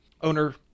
owner